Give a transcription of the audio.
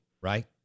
right